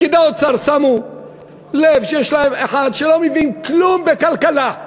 פקידי האוצר שמו לב שיש להם אחד שלא מבין כלום בכלכלה.